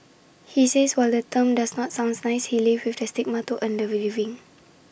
he says while the term does not sound nice he lives with the stigma to earn A living